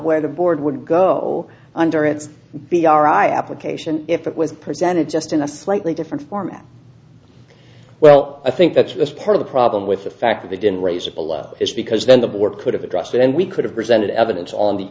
where the board would go under its b r i application if it was presented just in a slightly different form well i think that's was part of the problem with the fact that they didn't raise it below is because then the board could have addressed it and we could have presented evidence on the